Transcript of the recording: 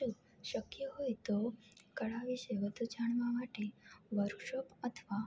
જો શક્ય હોય તો કળા વિશે વધુ જાણવા માટે વર્કશોપ અથવા